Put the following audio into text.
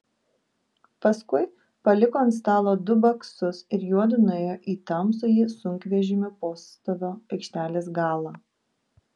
paskui paliko ant stalo du baksus ir juodu nuėjo į tamsųjį sunkvežimių postovio aikštelės galą